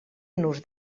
nos